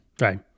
right